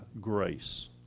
grace